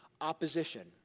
opposition